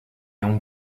hong